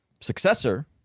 successor